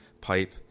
pipe